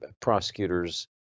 prosecutors